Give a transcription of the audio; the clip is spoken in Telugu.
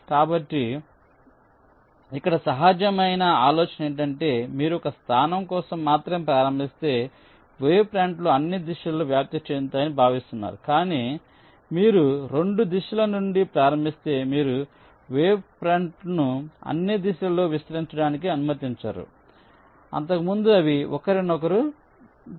కాబట్టి ఇక్కడ సహజమైన ఆలోచన ఏమిటంటే మీరు ఒక స్థానం కోసం మాత్రమే ప్రారంభిస్తే వేవ్ ఫ్రంట్లు అన్ని దిశలలో వ్యాప్తి చెందుతాయని భావిస్తున్నారు కానీ మీరు రెండు దిశల నుండి ప్రారంభిస్తే మీరు వేవ్ ఫ్రంట్ను అన్ని దిశలలో విస్తరించడానికి అనుమతించరు అంతకు ముందు అవి ఒకరినొకరు తాకుతాయి